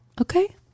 Okay